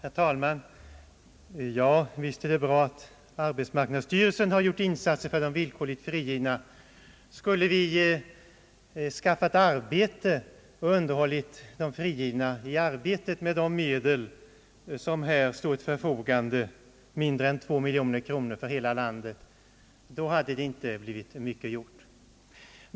Herr talman! Ja, visst är det bra att arbetsmarknadsstyrelsen har gjort insatser för de villkorligt frigivna. Skulle vi ha skaffat arbete och underhållit de frigivna i arbetet med de medel som här står till förfogande — mindre än 2 miljoner kronor för hela landet — hade inte mycket kunnat åstadkommas.